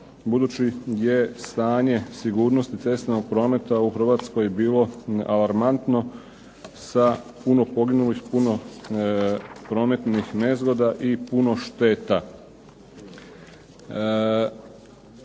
Budući je stanje sigurnosti cestovnog prometa u Hrvatskoj bilo alarmantno sa puno poginulih, puno prometnih nezgoda i puno šteta.